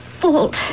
fault